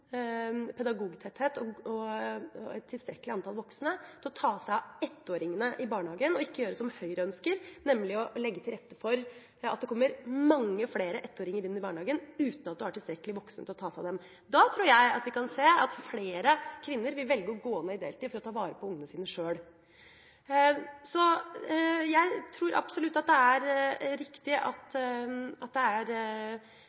pedagogtetthet og et tilstrekkelig antall voksne til å ta seg av ettåringene i barnehagen, og ikke gjøre som Høyre ønsker, nemlig å legge til rette for at det kommer mange flere ettåringer inn i barnehagen uten at man har tilstrekkelig med voksne til å ta seg av dem. Da tror jeg vi kan se at flere kvinner vil velge å gå ned i deltid for å ta vare på ungene sine sjøl. Så jeg tror absolutt at det er riktig at